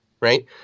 right